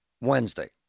Wednesday